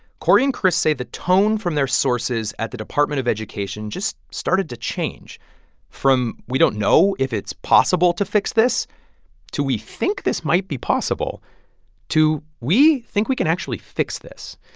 cory and chris say the tone from their sources at the department of education just started to change from we don't know if it's possible to fix this to we think this might be possible to we think we can actually fix this.